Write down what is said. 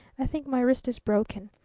i think my wrist is broken.